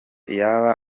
yaba